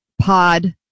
pod